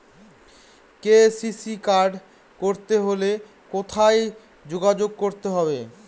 KCC card করতে হলে কোথায় যোগাযোগ করতে হবে?